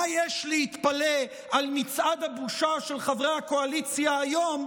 מה יש להתפלא על מצעד הבושה של חברי הקואליציה היום,